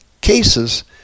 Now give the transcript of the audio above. cases